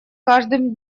каждым